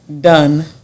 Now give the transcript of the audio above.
done